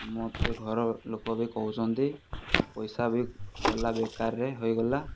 ମୋତେ ଘର ଲୋକ ବି କହୁଛନ୍ତି ମୋ ପଇସା ବି ଗଲା ବେକାରରେ ହୋଇଗଲା